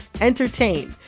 entertain